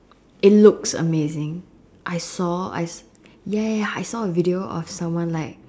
it looks amazing I saw I ya ya ya I saw a video of someone like